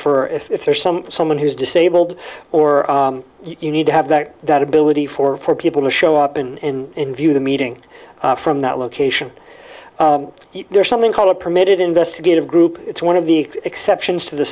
for if there's some someone who's disabled or you need to have that that ability for people to show up in and view the meeting from that location there's something called a permitted investigative group it's one of the exceptions to the